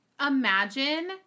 imagine